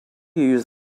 use